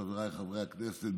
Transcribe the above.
חבריי חברי הכנסת,